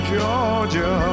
Georgia